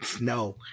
no